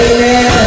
Amen